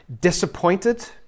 disappointed